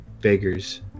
beggars